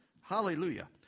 Hallelujah